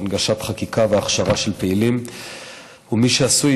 הנגשת חקיקה והכשרה של פעילים ומי שעשוי